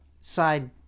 side